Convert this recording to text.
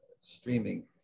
streaming